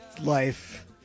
life